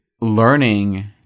learning